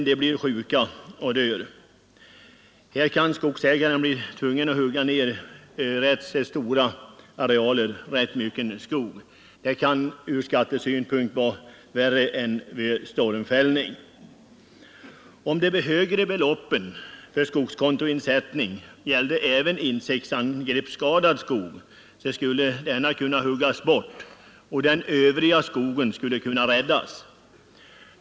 Träden blir sjuka och dör, och skogsägaren kan bli tvungen att hugga ned stora skogsarealer. Detta kan från skattesynpunkt vara värre än stormfällning. Om de högre beloppen för skogskontoinsättning gällde även för skog skadad genom insektsangrepp skulle denna kunna huggas bort och den övriga skogen räddas.